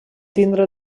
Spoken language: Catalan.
tindre